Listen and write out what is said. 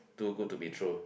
too good to be true